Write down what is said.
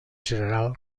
general